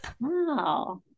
Wow